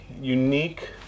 unique